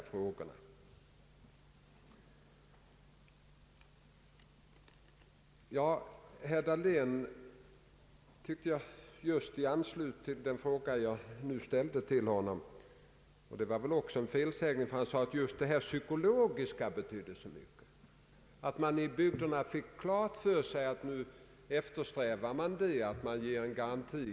Herr Dahlén ansåg att det psykologiska betydde så mycket, d. v. s. att man i bygderna fick klart för sig att nu eftersträvas en garanti.